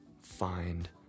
find